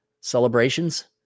Celebrations